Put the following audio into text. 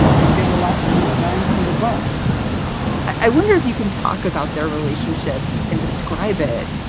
you'd get a lot more bang for the buck i wonder if you can talk about their relationship and describe it,